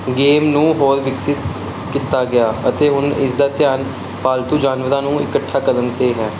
game ਨੂੰ ਹੋਰ ਵਿਕਸਿਤ ਕੀਤਾ ਗਿਆ ਅਤੇ ਹੁਣ ਇਸ ਦਾ ਧਿਆਨ ਪਾਲਤੂ ਜਾਨਵਰਾਂ ਨੂੰ ਇਕੱਠਾ ਕਰਨ 'ਤੇ ਹੈ